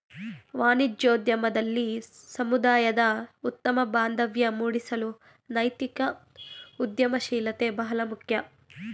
ವಾಣಿಜ್ಯೋದ್ಯಮದಲ್ಲಿ ಸಮುದಾಯದ ಉತ್ತಮ ಬಾಂಧವ್ಯ ಮೂಡಿಸಲು ನೈತಿಕ ಉದ್ಯಮಶೀಲತೆ ಬಹಳ ಮುಖ್ಯ